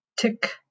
Tick